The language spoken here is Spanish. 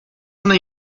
una